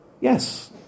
Yes